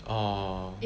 orh